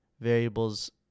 variables